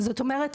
זאת אומרת,